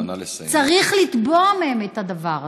צריך לתבוע מהם את הדבר הזה.